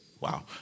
Wow